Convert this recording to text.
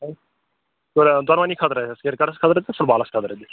دۄنوٕنی خٲطرٕ حظ کِرکَٹَس خٲطرٕ تہٕ فُٹ بالَس خٲطرٕ تہِ